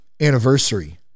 anniversary